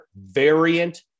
variant